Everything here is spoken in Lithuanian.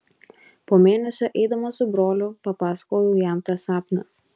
po mėnesio eidamas su broliu papasakojau jam tą sapną